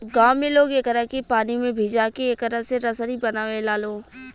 गांव में लोग एकरा के पानी में भिजा के एकरा से रसरी बनावे लालो